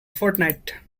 fortnight